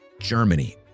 Germany